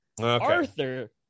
arthur